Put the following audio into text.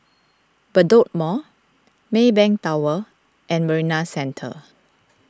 Bedok Mall Maybank Tower and Marina Centre